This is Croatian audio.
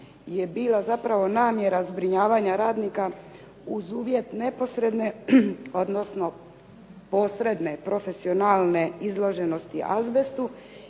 je bila zapravo namjera zbrinjavanja radnika uz uvjet neposredne odnosno posredne profesionalnosti izloženosti azbestu